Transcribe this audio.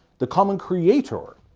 the common creator,